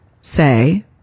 say